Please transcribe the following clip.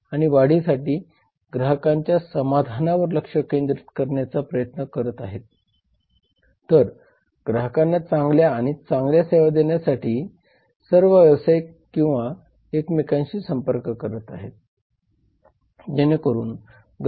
आपल्याला हे देखील समजले पाहिजे की राजकीय पद्धती आपल्या व्यवसायाच्या वाढीस कशी सक्षम किंवा अडथळा आणू शकतात